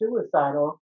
suicidal